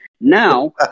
Now